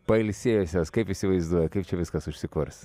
pailsėjusios kaip įsivaizduoji kaip čia viskas užsikurs